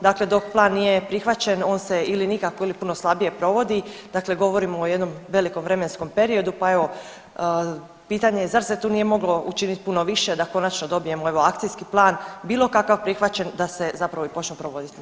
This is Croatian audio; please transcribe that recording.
Dakle, dok plan nije prihvaćan od se ili nikako ili puno slabije provodi, dakle govorimo o jednom velikom vremenskom periodu pa evo pitanje je zar se tu nije moglo učiniti puno više da konačno dobijemo evo akcijski plan bilo kakav prihvaćen da se zapravo i počnu provodit mjere.